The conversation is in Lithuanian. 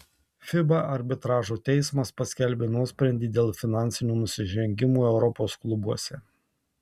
fiba arbitražo teismas paskelbė nuosprendį dėl finansinių nusižengimų europos klubuose